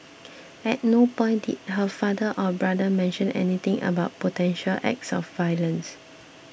at no point did her father or brother mention anything about potential acts of violence